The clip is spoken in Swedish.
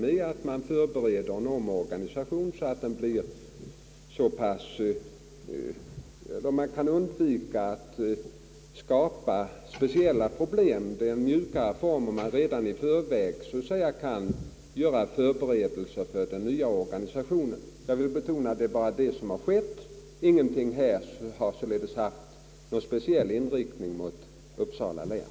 Det innebär att man förbereder en omorganisation, så att man undviker att skapa speciella problem. Det blir en mjukare övergångsform om man redan i god tid kan göra förberedelser för den nya organisationen. Detta är det enda som skett — det vill jag betona. Ingenting har således haft speciell inriktning mot Uppsala län.